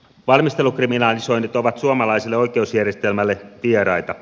valmistelukriminalisoinnit ovat suomalaiselle oikeusjärjestelmälle vieraita